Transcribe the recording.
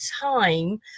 time